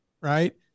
right